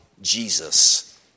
Jesus